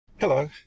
Hello